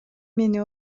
мени